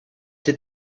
did